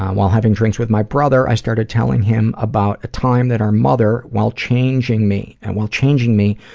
um while having drinks with my brother, i started telling him about a time that our mother, while changing me, and while changing me,